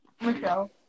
Michelle